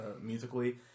musically